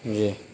جی